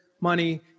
money